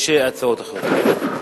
יש הצעות אחרות.